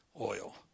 oil